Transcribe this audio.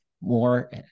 more